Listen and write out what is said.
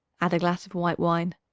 add a glass of white wine.